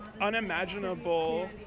unimaginable